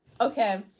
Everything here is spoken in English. Okay